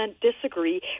disagree